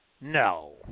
No